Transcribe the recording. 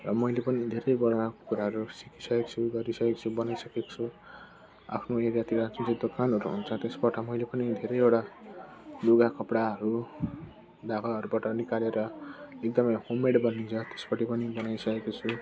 र मैले पनि धेरैवटा कुराहरू सिकिसकेको छु गरिसकेको छु बनाइसकेको छु आफ्नो एकातिर जुन चाहिँ तत्कालहरू आउँछ त्यसबाट मैले पनि धेरैवटा लुगा कपडाहरू ढाकाहरूबाट निकालेर एकदमै होममेड बनिन्छ त्यसपट्टि पनि बनाइसकेको छु